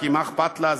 כי מה אכפת לה?